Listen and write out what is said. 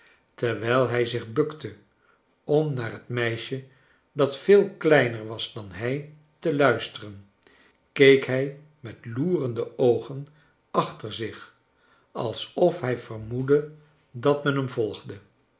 terwijl hij zich bukte om naar het meisje dat veel kleiner was dan hij te luisteren keek hij met loerencle oogen achter zich alsof hij vermoedde dat men hem volde